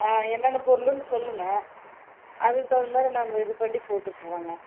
ஆ என்னான்ன பொருள்ன்னு சொல்லுங்கள் அதுக்கு தகுந்த மாதிரி நாங்கள் இது பண்ணி போட்டுவிட்டுட்றோங்க